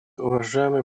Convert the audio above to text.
уважаемый